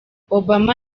obama